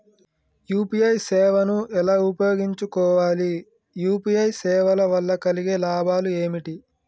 UPI సేవను ఎలా ఉపయోగించు కోవాలి? యూ.పీ.ఐ సేవల వల్ల కలిగే లాభాలు ఏమిటి?